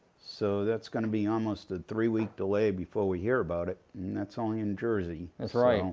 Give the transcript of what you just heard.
so that's gonna be almost three week delay before we hear about it, and that's only in jersey. that's right,